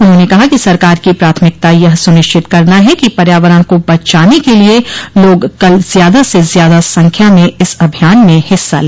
उन्होंने कहा कि सरकार की प्राथमिकता यह सुनिश्चित करना है कि पर्यावरण को बचाने के लिए लोग कल ज्यादा से ज्यादा संख्या में इस अभियान में हिस्सा ले